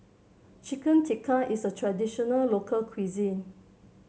Chicken Tikka is a traditional local cuisine